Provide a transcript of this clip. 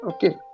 Okay